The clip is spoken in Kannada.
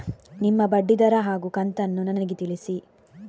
ನಿಮ್ಮ ಬಡ್ಡಿದರ ಹಾಗೂ ಕಂತನ್ನು ನನಗೆ ತಿಳಿಸಿ?